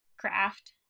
craft